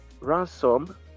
ransom